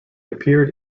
appeared